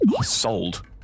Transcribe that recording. Sold